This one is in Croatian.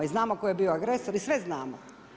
I znamo tko je bio agresor i sve znamo.